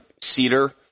cedar